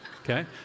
okay